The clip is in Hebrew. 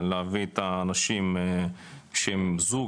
להביא את האנשים שהם זוג,